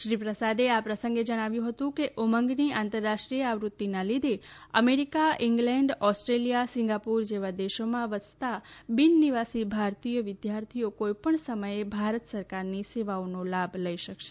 શ્રી પ્રસાદે આ પ્રસંગે જણાવ્યું હતું કે ઉમંગની આંતરરાષ્ટ્રીય આવૃત્તીના લીધે અમેરિકા ઇંગ્લેન્ડ ઓસ્ટ્રેલિયા સિંગાપુર જેવા દેશોમાં વસતા બિન નિવાસી ભારતીયો વિદ્યાર્થીઓ કોઇપણ સમયે ભારત સરકારની સેવાઓનો લાભ લઇ શકશે